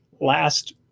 last